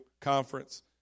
conference